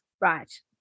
Right